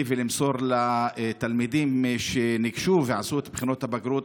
ולמסור את תעודת הבגרות לתלמידים שניגשו ועשו את בחינות הבגרות.